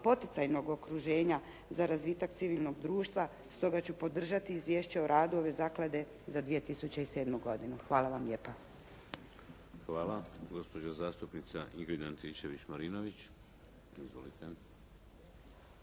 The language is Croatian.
poticajnog okruženja za razvitak civilnog društva. Stoga ću podržati izvješće o radu ove zaklade za 2007. godinu. Hvala vam lijepa. **Šeks, Vladimir (HDZ)** Hvala. Gospođa zastupnica Ingrid Anitčević-Marinović. Izvolite.